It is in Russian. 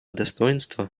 достоинства